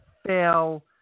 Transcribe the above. fail